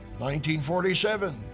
1947